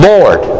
Lord